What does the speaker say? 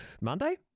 Monday